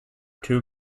two